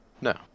No